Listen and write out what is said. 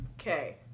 Okay